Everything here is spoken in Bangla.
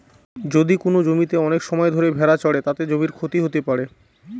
যদি কোনো জমিতে অনেক সময় ধরে ভেড়া চড়ে, তাতে জমির ক্ষতি হতে পারে